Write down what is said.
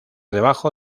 debajo